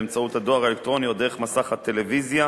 באמצעות הדואר האלקטרוני או דרך מסך הטלוויזיה,